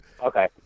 okay